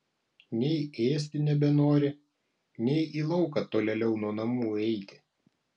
nei ėsti nebenori nei į lauką tolėliau nuo namų eiti